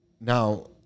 Now